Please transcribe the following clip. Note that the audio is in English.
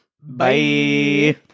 Bye